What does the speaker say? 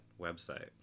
website